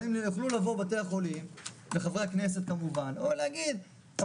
יוכלו לבוא בתי החולים לחברי הכנסת ולהגיד שהם